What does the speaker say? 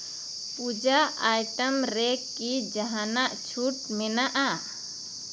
ᱯᱩᱡᱟᱹ item ᱨᱮᱠᱤ ᱡᱟᱦᱟᱱᱟᱜ ᱪᱷᱩᱴ ᱢᱮᱱᱟᱜᱼᱟ